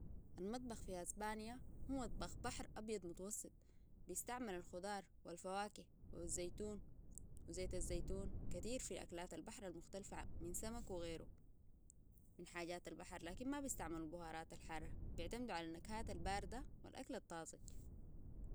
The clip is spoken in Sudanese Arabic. المطبخ في اسبانيا هو مطبخ بحر أبيض متوسط بيستعمل الخضار والفواكه والزيتون وزيت الزيتون كتير في أكلات البحر المختلفة من سمك وغيرو من حاجات البحر لكن ما بيستعمل البهارات الحارة بيعتمدوا على نكهات الباردة والأكل الطازج